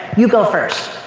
you go first.